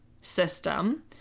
system